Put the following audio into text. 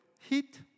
heat